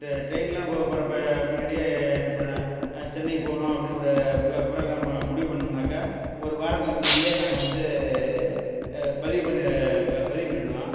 டெ ட்ரெயினெலாம் இப்போ போகிறப்ப முன்னாடியே இப்போ நான் சென்னை போகணும் அப்படின்னு ஒரு ப்ள ப்ரோகிராமு முடிவு பண்ணிணோம்னாக்கா ஒரு வாரத்துக்கு முன்னாடியே நாங்கள் வந்து பதிவு பண்ணி ப பதிவு பண்ணிவிடுவேன்